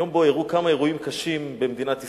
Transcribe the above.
יום שבו אירעו כמה אירועים קשים במדינת ישראל,